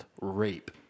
rape